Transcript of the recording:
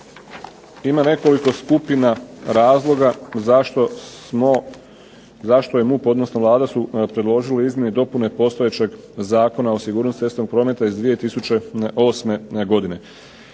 ima nekoliko skupina razloga zašto smo, odnosno Vlada su predložili izmjene i dopune postojećeg Zakona o sigurnosti cestovnog prometa iz 2008. godine.